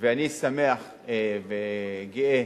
ואני שמח וגאה